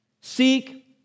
Seek